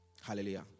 Hallelujah